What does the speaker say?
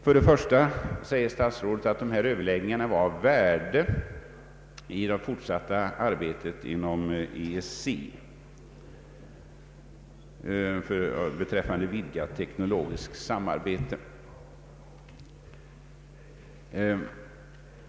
Först säger statsrådet att dessa överläggningar var av värde i det fortsatta arbetet inom EEC beträffande vidgat teknologiskt samarbete.